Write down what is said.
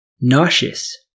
Nauseous